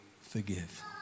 forgive